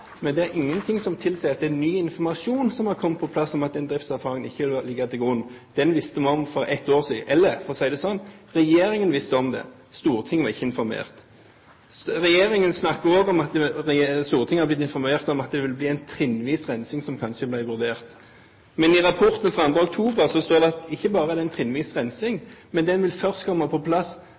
men det er ingenting som tilsier at det er ny informasjon som har kommet på plass om at den driftserfaringen ikke ligger til grunn. Den visste vi om for ett år siden, eller for å si det sånn: Regjeringen visste om den. Stortinget var ikke informert. Regjeringen snakker også om at Stortinget har blitt informert om at det vil være en trinnvis rensing som kanskje blir vurdert. Men i rapporten fra 2. oktober står det at det ikke bare er en trinnvis rensing, men at den vil først komme på plass tredje kvartal 2015. Det blir altså ikke en fullskalarensing, og den kommer på plass